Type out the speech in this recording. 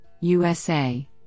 USA